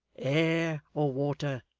air, or water.